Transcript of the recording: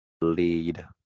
lead